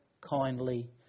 kindly